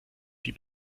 die